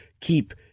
keep